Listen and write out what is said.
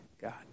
God